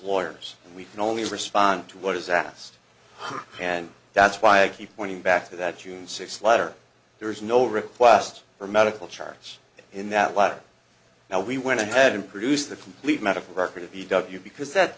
lawyers and we can only respond to what is asked and that's why i keep pointing back to that june sixth letter there is no request for medical charts in that lab now we went ahead and produced the complete medical record of b w because that